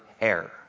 hair